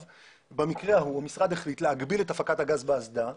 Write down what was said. המשרד החליט להגביל את הפקת הגז באסדה,